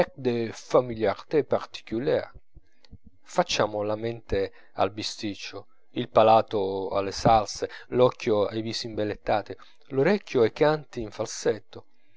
des familiarités particulières facciamo la mente al bisticcio il palato alle salse l'occhio ai visi imbellettati l'orecchio ai canti in falsetto